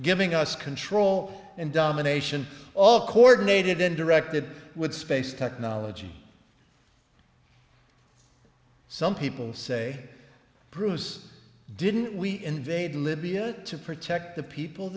giving us control and domination all coordinated and directed with space technology some people say bruce didn't we invade libya to protect the people